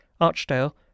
Archdale